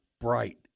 bright